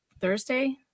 Thursday